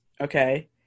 okay